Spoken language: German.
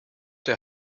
der